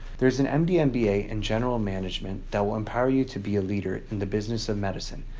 there's an md yeah mba in general management that will empower you to be a leader in the business of medicine,